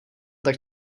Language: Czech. tak